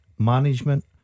Management